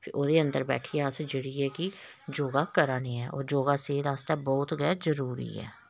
ते ओह्दे अंदर बैठिये अस जेह्ड़ी ऐ कि योगा करा ने ऐ होर योगा सेह्त आस्तै बहोत गै जरूरी ऐ